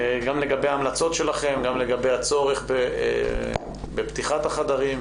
וגם לגבי הצורך בפתיחת החדרים.